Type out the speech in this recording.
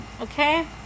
okay